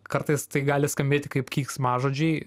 kartais tai gali skambėti kaip keiksmažodžiai